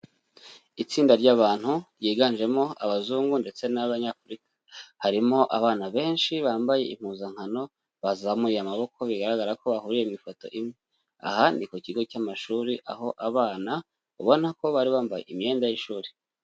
Itsinda ry'abantu ryiganjemo abazungu ndetse n'abanyafurika, harimo abana benshi bambaye impuzankano bazamuye amaboko, bigaragara ko bahuriye mu ifoto imwe. Aha ni ku kigo cy'amashuri aho abana babona ko bari bambaye imyenda y'ishuri.